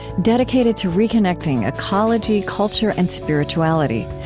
dedicated to reconnecting ecology, culture, and spirituality.